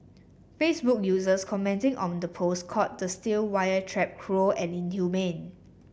Facebook users commenting on the post called the steel wire trap cruel and inhumane